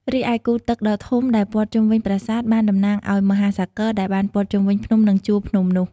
រីឯគូទឹកដ៏ធំដែលព័ទ្ធជុំវិញប្រាសាទបានតំណាងឲ្យមហាសាគរដែលបានព័ទ្ធជុំវិញភ្នំនិងជួរភ្នំនោះ។